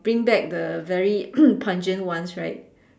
bring back the very pungent ones right